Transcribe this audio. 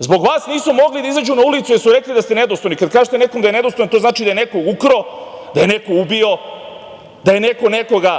zbog vas nisu mogli da izađu na ulicu, jer su rekli da ste nedostojni kada kažete nekom da je nedostojan, to znači da je neko ukrao, da je neko ubio, da je neko nekoga